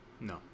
No